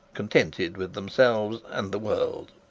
contented with themselves and the world.